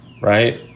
Right